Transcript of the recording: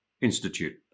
Institute